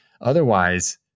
otherwise